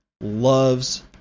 loves